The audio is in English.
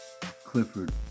Clifford